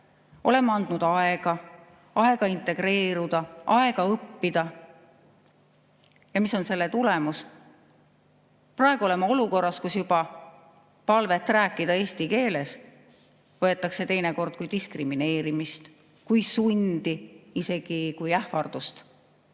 Oleme andnud aega: aega integreeruda, aega õppida. Ja mis on selle tulemus? Praegu oleme olukorras, kus juba palvet eesti keeles rääkida võetakse teinekord kui diskrimineerimist, kui sundi, isegi kui ähvardust.